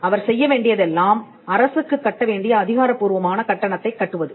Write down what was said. அவர் செய்யவேண்டியதெல்லாம் அரசுக்குக் கட்ட வேண்டிய அதிகாரப்பூர்வமான கட்டணத்தைக் கட்டுவது